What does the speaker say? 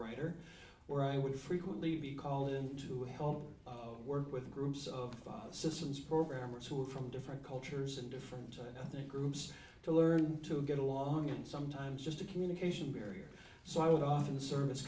writer where i would frequently be called in to help work with groups of five systems programmers who were from different cultures and different ethnic groups to learn to get along and sometimes just a communication barrier so i would often service